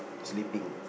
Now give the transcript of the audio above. sleeping